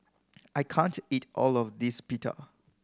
I can't eat all of this Pita